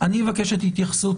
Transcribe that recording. מבקש התייחסות